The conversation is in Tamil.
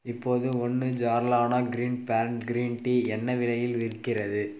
இப்போது ஒன்று ஜார் லானா கிரீன் பேண்ட் கிரீன் டீ என்ன விலையில் விற்கிறது